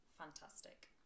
fantastic